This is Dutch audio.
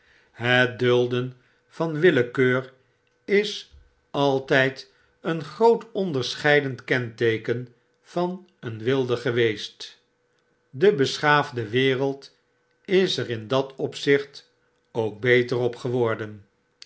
het dulden van willekeur is altjjd een groot onderscheidend kenteeken van een wilde geweest de beschaafde wereld is er in dat opzicht ook beter op geworden